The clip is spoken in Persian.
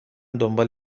دنبال